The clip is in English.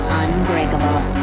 unbreakable